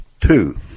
Two